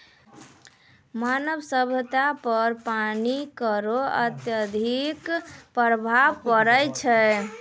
मानव सभ्यता पर पानी केरो अत्यधिक प्रभाव पड़ै छै